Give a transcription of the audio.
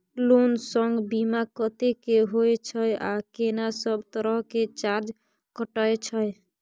Loan संग बीमा कत्ते के होय छै आ केना सब तरह के चार्ज कटै छै?